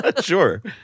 Sure